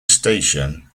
station